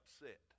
upset